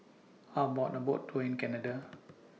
How about A Boat Tour in Canada